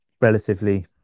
relatively